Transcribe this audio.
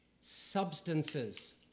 Substances